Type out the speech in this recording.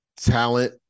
talent